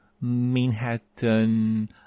Manhattan